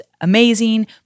amazing